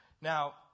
Now